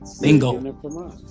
Bingo